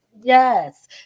Yes